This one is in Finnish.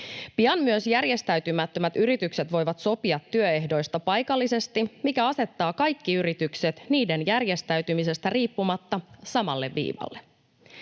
Pian myös järjestäytymättömät yritykset voivat sopia työehdoista paikallisesti, mikä asettaa kaikki yritykset niiden järjestäytymisestä riippumatta samalle viivalle.